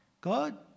God